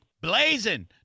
blazing